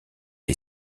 est